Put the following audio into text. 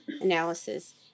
analysis